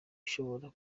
ishobora